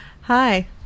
Hi